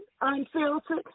unfiltered